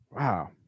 Wow